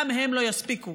גם הם לא יספיקו.